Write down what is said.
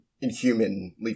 inhumanly